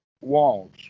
walls